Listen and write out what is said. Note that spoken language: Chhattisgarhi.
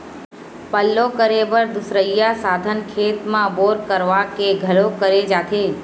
पल्लो करे बर दुसरइया साधन खेत म बोर करवा के घलोक करे जाथे